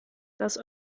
das